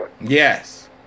Yes